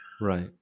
Right